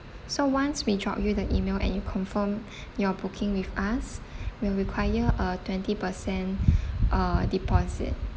so once we drop you the email and you confirm your booking with us we'll require a twenty percent uh deposit